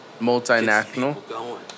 multinational